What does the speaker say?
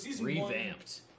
Revamped